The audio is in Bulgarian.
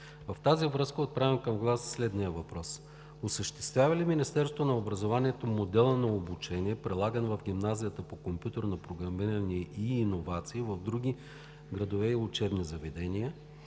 В тази връзка отправям към Вас следния въпрос: осъществява ли Министерството на образованието модел на обучение, прилаган в Гимназията по компютърно програмиране и иновации в други градове и учебни заведения?